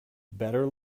better